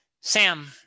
Sam